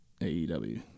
AEW